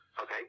Okay